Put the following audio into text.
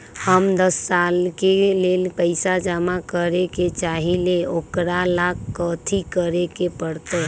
हम दस साल के लेल पैसा जमा करे के चाहईले, ओकरा ला कथि करे के परत?